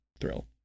thrill